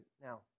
now